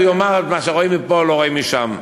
הוא יאמר: את מה שרואים מפה לא רואים משם.